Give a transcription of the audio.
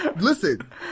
listen